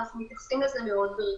ואנחנו מתייחסים לזה מאוד ברגישות.